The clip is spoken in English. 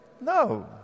No